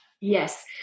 Yes